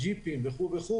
הג'יפים וכו',